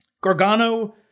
Gargano